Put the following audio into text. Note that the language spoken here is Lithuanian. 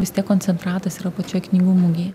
vis tiek koncentratas yra pačioj knygų mugėj